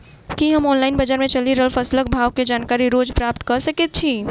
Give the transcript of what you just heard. की हम ऑनलाइन, बजार मे चलि रहल फसलक भाव केँ जानकारी रोज प्राप्त कऽ सकैत छी?